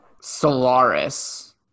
Solaris